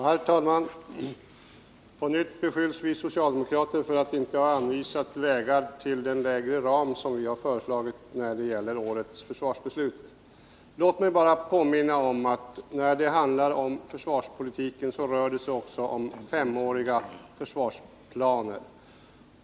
Herr talman! På nytt beskylls vi socialdemokrater för att inte ha anvisat vägar till den lägre ram som vi har föreslagit när det gäller årets försvarsbeslut. Låt mig bara påminna om att vi inom försvarspolitiken rör oss med femåriga försvarsplaner.